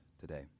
today